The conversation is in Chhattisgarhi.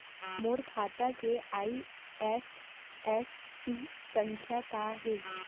मोर खाता के आई.एफ.एस.सी संख्या का हे?